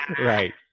Right